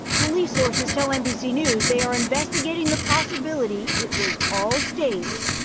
police sources tell nbc news they are investigating the possibility it was all staged.